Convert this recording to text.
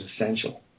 essential